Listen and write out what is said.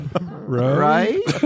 right